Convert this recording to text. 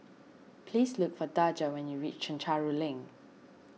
please look for Daja when you reach Chencharu Link